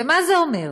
ומה זה אומר?